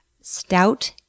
stout